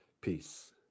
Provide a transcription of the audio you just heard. peace